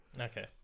Okay